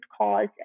cause